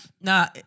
Nah